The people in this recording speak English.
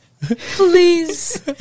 Please